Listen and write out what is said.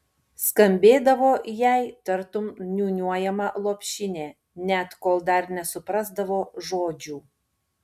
skambėdavo jai tartum niūniuojama lopšinė net kol dar nesuprasdavo žodžių